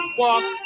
walk